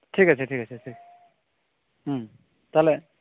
ᱴᱷᱤᱠ ᱟᱪᱷᱮ ᱴᱷᱤᱠ ᱟᱪᱷᱮ ᱴᱷᱤᱠ ᱦᱩᱸ ᱛᱟᱦᱚᱞᱮ